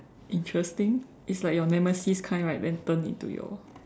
interesting it's like your nemesis kind right then turn into your